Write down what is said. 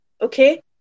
Okay